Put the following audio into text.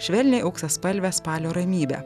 švelniai auksaspalvę spalio ramybę